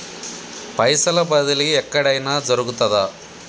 పైసల బదిలీ ఎక్కడయిన జరుగుతదా?